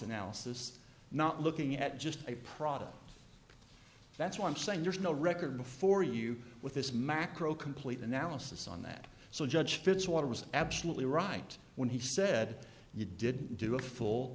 analysis not looking at just a product that's what i'm saying there's no record before you with this macro complete analysis on that so judge fitzwater was absolutely right when he said you didn't do a full